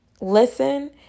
Listen